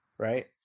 Right